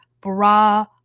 Bra